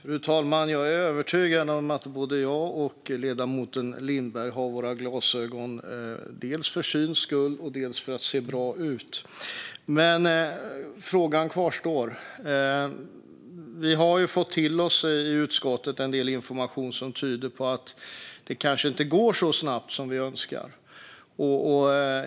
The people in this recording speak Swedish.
Fru talman! Jag är övertygad om att både jag och ledamoten Lindberg har våra glasögon dels för syns skull, dels för att se bra ut. Frågan kvarstår. Vi har fått till oss i utskottet en del information som tyder på att det kanske inte går så snabbt som vi önskar.